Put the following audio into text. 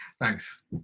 Thanks